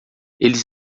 eles